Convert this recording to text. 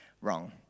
wrong